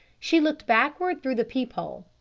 she looked backward through the peep-hole.